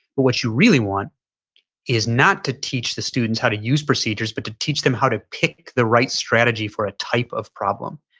but what you really want is not to teach the students how to use procedures but to teach them how to pick the right strategy for a type of problem.